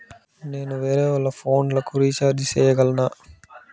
నేను వేరేవాళ్ల ఫోను లకు రీచార్జి సేయగలనా?